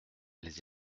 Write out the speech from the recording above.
les